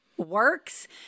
works